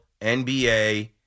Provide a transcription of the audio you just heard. NBA